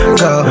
go